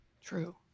True